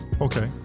Okay